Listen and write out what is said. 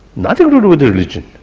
nothing to do with religion,